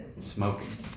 Smoking